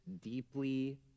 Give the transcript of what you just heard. deeply